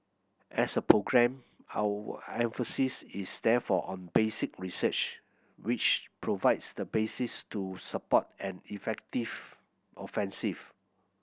as a programme our emphasis is therefore on basic research which provides the basis to support an effective offensive